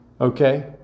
Okay